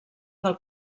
del